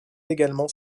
également